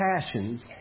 passions